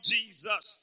Jesus